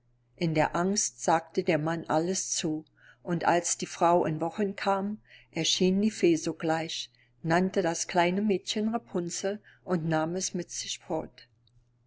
in der angst sagte der mann alles zu und als die frau in wochen kam erschien die fee sogleich nannte das kleine mädchen rapunzel und nahm es mit